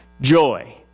Joy